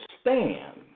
stand